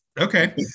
okay